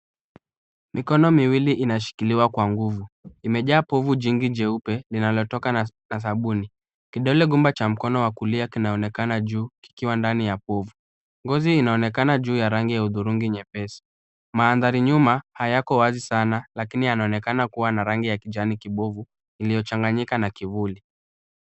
Mikono miwili inashikiliwa kwa nguvu. Imejaa povu jingi jeupe, linalotoka na sabuni. Kidole gumba cha mkono wa kulia kinaonekana juu kikiwa ndani ya povu. Ngozi inaonekana juu ya rangi ya hudhurungi nyepesi. Mandhari nyuma hayako wazi sana, lakini yanaonekana kuwa na rangi ya kijani kibovu iliyochanganyika na kivuli.